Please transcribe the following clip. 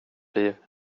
liv